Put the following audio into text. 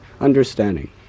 understanding